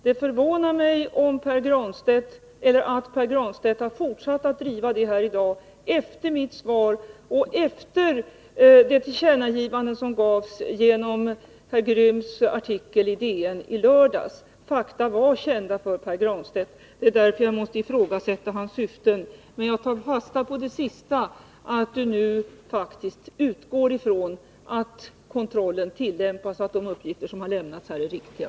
Det förvånar mig att Pär Granstedt fortsatt att driva detta i dag efter mitt svar och efter det tillkännagivande som gavs genom herr Grämms artikel i DN i lördags. Fakta var kända för Pär Granstedt. Det är därför jag måste ifrågasätta hans syften. Men jag tar fasta på det sista, att han nu faktiskt utgår ifrån att kontrollen tillämpas och att de uppgifter som lämnats här är riktiga.